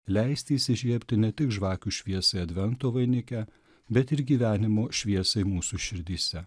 leisti įsižiebti ne tik žvakių šviesai advento vainike bet ir gyvenimo šviesai mūsų širdyse